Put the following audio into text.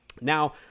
Now